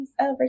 over